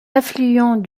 affluent